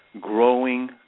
growing